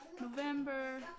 November